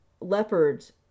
leopard's